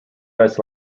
best